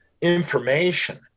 information